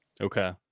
Okay